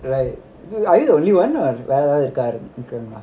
right are you the only one or